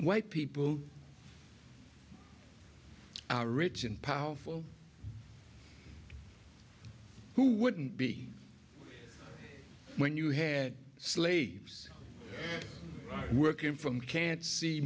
white people rich and powerful who wouldn't be when you had slaves working from can't see